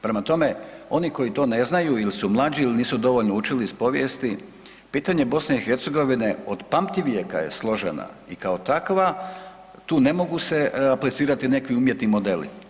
Prema tome oni koji to ne znaju ili su mlađi ili nisu dovoljno učili iz povijesti pitanje Bosne i Hercegovine od pamtivijeka je složena i kao takva tu ne mogu se aplicirati neki umjetni modeli.